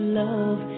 love